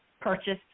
purchased